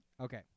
Okay